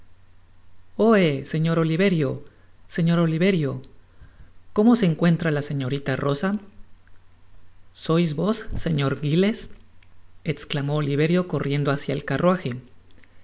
señor oliverio señor oliverio cómo se encuentra la señorita rosa sois vos señor giles esclamó oliverio corriendo hacia al carruaje